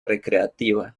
recreativa